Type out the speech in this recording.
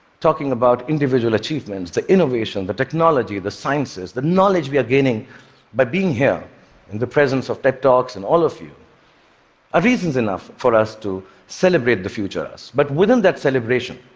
talking about individual achievements, the innovation, the technology, the sciences, the knowledge we are gaining by being here in and the presence of ted talks and all of you are reasons enough for us to celebrate the future us. but within that celebration